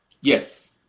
Yes